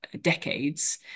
decades